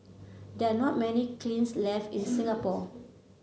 there are not many kilns left in Singapore